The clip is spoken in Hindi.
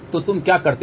तो तुम क्या करते हो